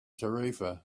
tarifa